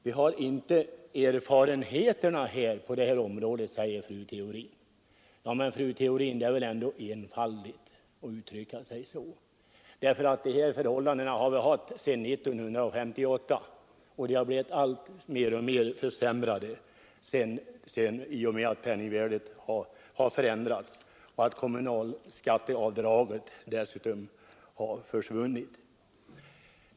Vi har inte några erfarenheter på detta område, säger fru Theorin. Men det är väl ändå enfaldigt att uttrycka sig så, fru Theorin. Vi har haft dessa regler och belopp ända sedan 1958 men de har blivit alltmer försämrade i och med penningvärdets förändring. Dessutom har kommunalskatteavdraget tagits bort.